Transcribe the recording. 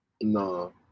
No